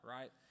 right